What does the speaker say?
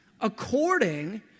according